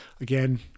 Again